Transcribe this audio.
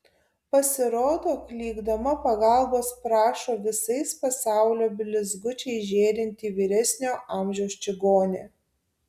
pasirodo klykdama pagalbos prašo visais pasaulio blizgučiais žėrinti vyresnio amžiaus čigonė